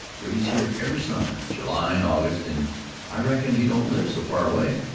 for he's here every summer, july and august, an' i reckon he don't live so far away.